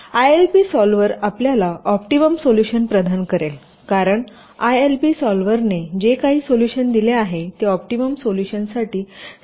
ILP solver आपल्याला optimum solution प्रदान करेल कारण आयएलपी सॉल्व्हरने जे काही सोल्युशन दिले आहे ते ऑप्टिमम सोल्युशनसाठी सर्वात चांगले आहे